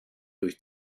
durch